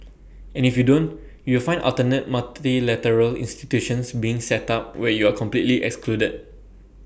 and if you don't you will find alternate multilateral institutions being set up where you are completely excluded